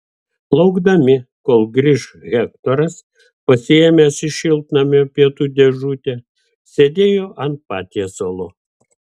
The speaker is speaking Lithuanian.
laukdami kol grįš hektoras pasiėmęs iš šiltnamio pietų dėžutę sėdėjo ant patiesalo